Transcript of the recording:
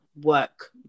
work